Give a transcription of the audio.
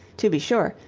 to be sure,